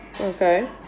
Okay